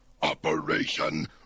Operation